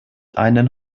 einen